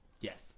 Yes